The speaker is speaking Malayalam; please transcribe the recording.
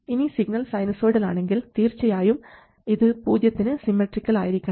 ഇനി സിഗ്നൽ സൈനുസോയ്ഡൽ ആണെങ്കിൽ തീർച്ചയായും ഇത് പൂജ്യത്തിന് സിമ്മട്രിക്കൽ ആയിരിക്കണം